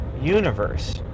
universe